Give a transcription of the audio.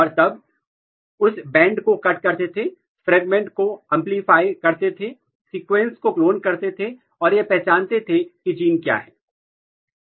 और तब उस बैंड को कट करते थे फ्रेगमेंट को एंपलीफाय बढ़ाते करते थे सीक्वेंस को क्लोन करते थे और यह पहचानते थे कि जीन क्या है